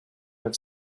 have